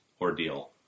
ordeal